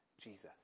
Jesus